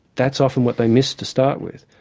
that's often what they miss to start with,